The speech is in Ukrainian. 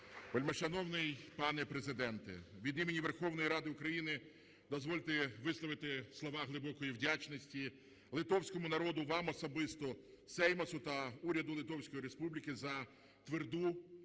Вельмишановний пане Президенте, від імені Верховної Ради України дозвольте висловити слова глибокої вдячності литовському народу, вам особисто, Сеймасу та уряду Литовської Республіки за тверду,